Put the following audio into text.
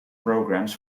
programmes